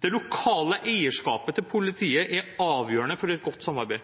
Det lokale eierskapet til politiet er avgjørende for et godt samarbeid.